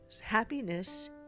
Happiness